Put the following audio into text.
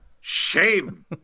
shame